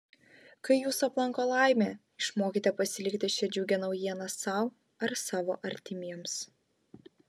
kai jus aplanko laimė išmokite pasilikti šią džiugią naujieną sau ar savo artimiesiems